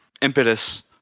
impetus